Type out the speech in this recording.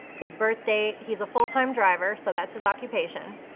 his birthdate, he's a full-time driver, so that's his occupation.